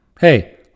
Hey